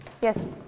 Yes